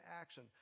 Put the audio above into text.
action